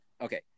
Okay